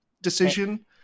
decision